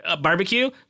barbecue